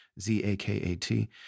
Z-A-K-A-T